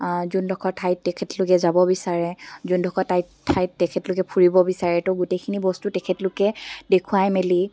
যোনডোখৰ ঠাইত তেখেতলোকে যাব বিচাৰে যোনডোখৰ ঠাইত ঠাইত তেখেতলোকে ফুৰিব বিচাৰে তো গোটেইখিনি বস্তু তেখেতলোকে দেখুৱাই মেলি